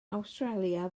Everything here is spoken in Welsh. awstralia